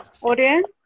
Audience